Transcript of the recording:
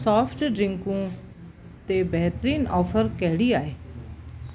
soft ड्रिंकूं ते बहितरीनु ऑफर कहिड़ी आहे